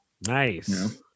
Nice